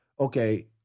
okay